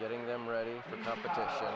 getting them ready for